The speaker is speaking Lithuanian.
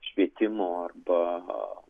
švietimo arba